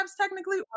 technically